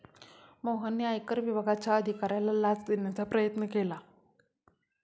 मोहनने आयकर विभागाच्या अधिकाऱ्याला लाच देण्याचा प्रयत्न केला